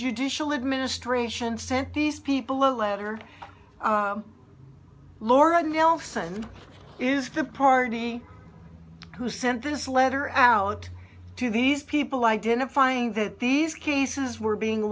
judicial administration sent these people a letter lauren nelson is the party who sent this letter out to these people identifying that these cases were being